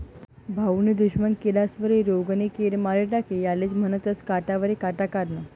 भाऊनी दुश्मन किडास्वरी रोगनी किड मारी टाकी यालेज म्हनतंस काटावरी काटा काढनं